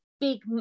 big